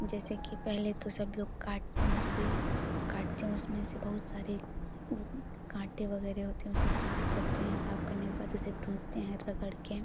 जैसे कि पहले तो सब लोग काटते हैं उसे काटते हैं उसमें से बहुत सारे वो कांटे वगैरह होते हैं उसे साफ करते हैं साफ करने के बाद उसे धुलते हैं रगड़ कर